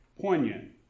poignant